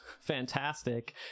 fantastic